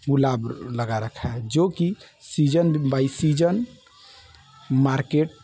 गुलाब लगा रखा है जो कि सीज़न बाय सीज़न मार्केट